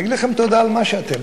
להגיד לכם תודה על מה שאתם,